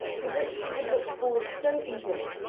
to which she had looked forward so eagerly,